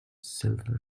silver